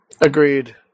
Agreed